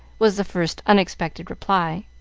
was the first unexpected reply.